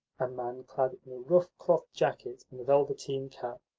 a man clad in a rough cloth jacket and a velveteen cap.